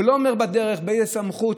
ולא אומרים בדרך באיזו סמכות,